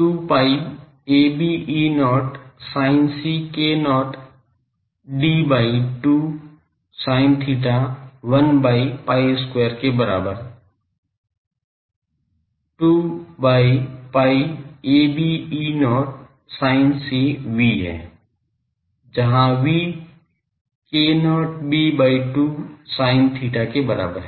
2 pi ab E0 sinc k0 d by 2 sin theta 1 by pi square के बराबर 2 by pi ab E0 sinc v है जहां v k0 b by 2 sin theta के बराबर है